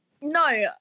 No